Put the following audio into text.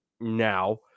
now